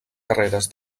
carreres